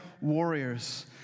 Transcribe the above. warriors